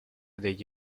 degli